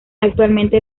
actualmente